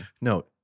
No